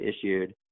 issued